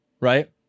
right